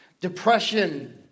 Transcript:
depression